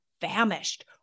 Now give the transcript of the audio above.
famished